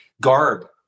garb